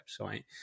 website